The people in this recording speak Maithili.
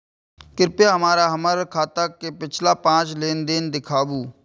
कृपया हमरा हमर खाता के पिछला पांच लेन देन दिखाबू